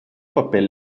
papel